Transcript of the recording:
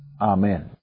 Amen